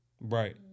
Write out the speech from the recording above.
Right